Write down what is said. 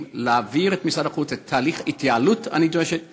להעביר את משרד החוץ את תהליך ההתייעלות הנדרשת,